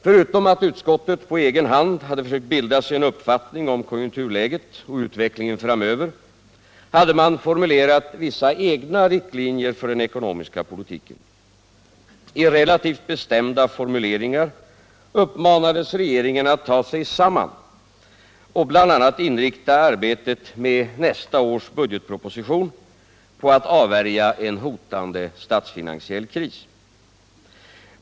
Förutom att utskottet på egen hand hade försökt bilda sig en uppfattning om konjunkturläget och utvecklingen framöver hade man formulerat vissa egna riktlinjer för den ckonomiska politiken. I relativt bestämda formuleringar uppmanades regeringen att ta sig samman och bl.a. inrikta arbetet med nästa års budgetproposition på att avvärja en hotande statsfinansiell kris.